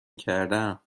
کردم